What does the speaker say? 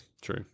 True